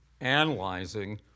analyzing